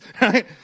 Right